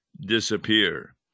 disappear